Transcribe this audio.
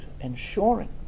ensuring